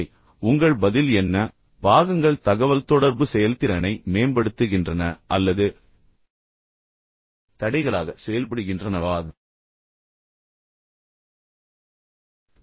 எனவே உங்கள் பதில் என்ன பாகங்கள் தகவல்தொடர்பு செயல்திறனை மேம்படுத்துகின்றன அல்லது தடைகளாக செயல்படுகின்றனவா